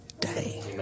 day